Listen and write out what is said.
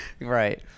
Right